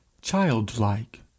childlike